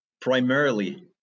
primarily